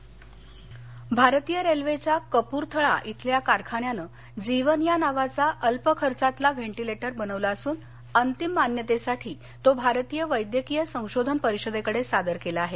ventilator भारतीय रेल्वेच्या कप्रथळा इथल्या कारखान्यानं जीवन या नावाघा अल्प खर्चातला व्हेंटिलेटर बनवला असून अंतिम मान्यतेसाठी तो भारतीय वैद्यकीय संशोधन परिषदेकडे सादर केला आहे